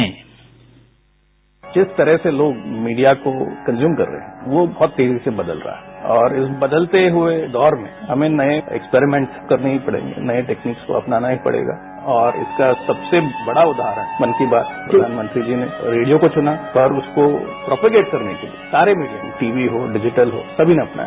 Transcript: sound bite जिस तरह से लोग मीडिया को कंज्यूम कर रहे हैं वो बहत तेजी से बदल रहा है और इस बदलते हुए दौर में हमें नए एक्सपेरिमेंट्स करने ही पडेंगे हमें नई टैक्निक्स को अपनाना ही पडेगा और इसका सबसे बडा उदाहरण मन की बात प्रधानमंत्री जी ने रेडियो को चुना और उसको प्रोपेगेट करने के लिए सारे मीडिया ने टीवी हो डिजिटल हो सभी ने अपनाया